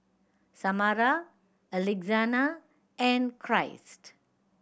Samara Alexina and Christ